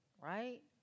right